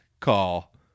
Call